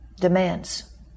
demands